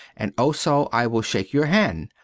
and also i will shake your hand.